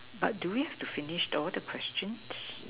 but do we have to finish all the questions